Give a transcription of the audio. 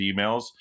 emails